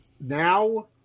now